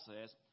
says